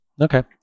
okay